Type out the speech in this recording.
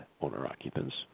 owner-occupants